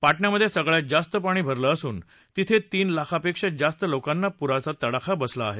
पाटण्यामध्ये सगळ्यात जास्त पाणी भरलं असून तिथे तीन लाखपेक्षा जास्त लोकांना पुराचा तडाखा बसला आहे